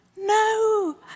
No